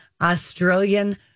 Australian